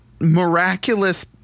miraculous